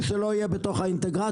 באים לפה,